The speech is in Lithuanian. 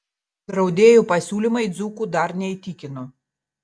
draudėjų pasiūlymai dzūkų dar neįtikino